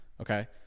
Okay